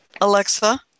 Alexa